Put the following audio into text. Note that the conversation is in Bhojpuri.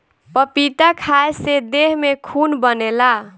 पपीता खाए से देह में खून बनेला